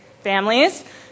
families